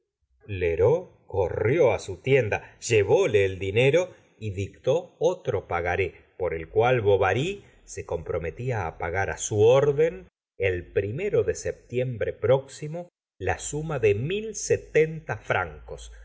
lheureux corrió á su tienda llevóle el dinero y dictó otro pagaré por el cual bovary se comprometía á pagar á su orden el primero de septiembre próximo la suma de mil setenta francos